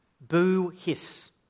Boo-Hiss